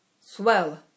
Swell